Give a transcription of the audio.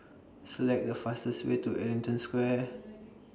Select The fastest Way to Ellington Square